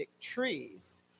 trees